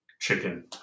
chicken